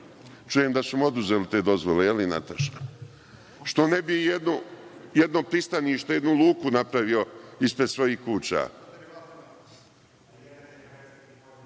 čujem da su mu oduzeli te dozvole, je li Nataša? Što ne bi jedno pristanište, jednu luku napravio ispred svojih